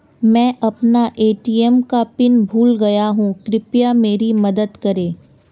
मैं अपना ए.टी.एम का पिन भूल गया हूं, कृपया मेरी मदद करें